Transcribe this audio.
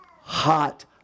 hot